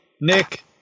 Nick